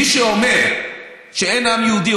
מי שאומר שאין עם יהודי,